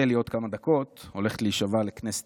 שלי עוד כמה דקות הולכת להישבע לכנסת,